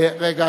רגע,